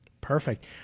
Perfect